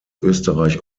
österreich